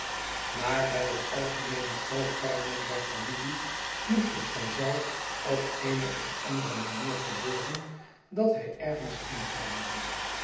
maar bij het algemeene groot tuimelen der familie moest het van zelf op eene of andere manier gebeuren dat hij ergens